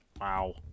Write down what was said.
Wow